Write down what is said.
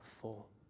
full